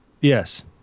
Yes